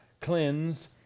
cleansed